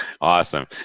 Awesome